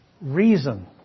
reason